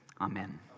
amen